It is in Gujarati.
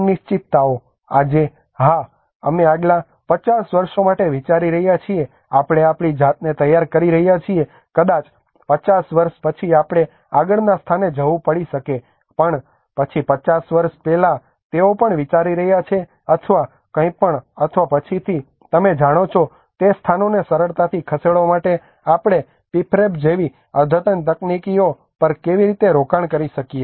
અનિશ્ચિતતાઓ આજે હા અમે આગલા 50 વર્ષો માટે વિચારી રહ્યા છીએ આપણે આપણી જાતને તૈયાર કરી રહ્યા છીએ કદાચ 50 વર્ષ પછી આપણે આગળના સ્થળે જવું પડી શકે પણ પછી 50 વર્ષ પહેલાં તેઓ પણ વિચારી રહ્યા છે કે અથવા કંઈપણ અથવા પછીથી તમે જાણો છો તે સ્થાનોને સરળતાથી ખસેડવા માટે આપણે પ્રિફેબ જેવી અદ્યતન તકનીકીઓ પર કેવી રીતે રોકાણ કરી શકીએ